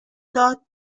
داد